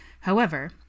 However